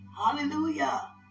Hallelujah